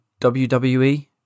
WWE